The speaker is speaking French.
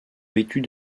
vêtus